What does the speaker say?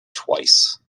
twice